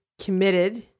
committed